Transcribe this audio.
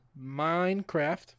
Minecraft